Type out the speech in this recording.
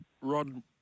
Rod